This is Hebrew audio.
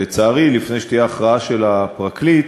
לצערי, לפני שתהיה הכרעה של הפרקליט,